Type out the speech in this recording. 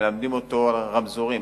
ומלמדים אותו על רמזורים,